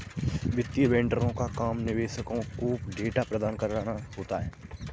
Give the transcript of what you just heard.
वित्तीय वेंडरों का काम निवेशकों को डेटा प्रदान कराना होता है